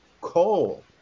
Coal